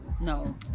no